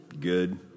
good